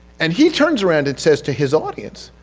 and he turns around and says to his audience,